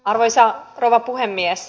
arvoisa rouva puhemies